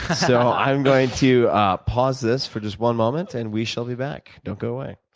so i'm going to ah pause this for just one moment, and we shall be back. don't go away